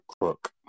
crook